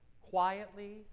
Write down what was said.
quietly